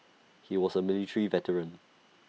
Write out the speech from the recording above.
he was A military veteran